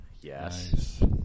Yes